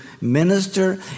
minister